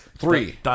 Three